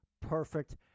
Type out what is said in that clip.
Perfect